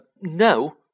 no